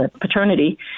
paternity